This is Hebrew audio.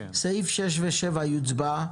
סעיפים 6 ו-7 יוצבעו.